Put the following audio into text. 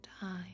time